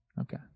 Okay